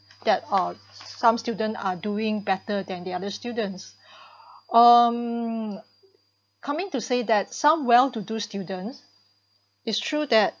that uh some student are doing better than the other students um coming to say that some well to do student is true that